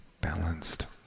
balanced